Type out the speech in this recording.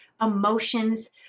Emotions